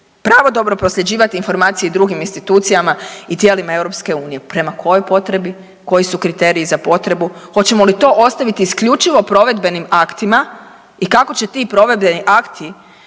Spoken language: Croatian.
pravodobno prosljeđivati informacije i drugim institucijama i tijelima EU. Prema kojoj potrebi? Koji su kriteriji za potrebu? Hoćemo li to ostaviti isključivo provedbenim aktima i kako će ti provedbeni akti